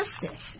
justice